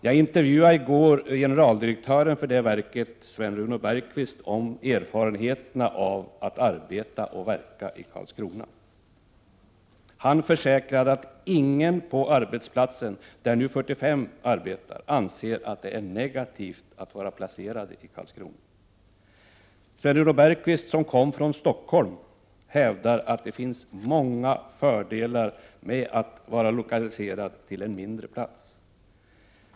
Jag intervjuade i går generaldirektören för det verket, Sven-Runo Bergqvist, om erfarenheterna av att arbeta och verka i Karlskrona. Han försäkrade att ingen på arbetsplatsen, där nu 45 personer arbetar, anser att det är negativt att vara placerad i Karlskrona. Sven-Runo Bergqvist, som kom från Stockholm, hävdar att det finns många fördelar med att vara lokaliserad till en mindre plats.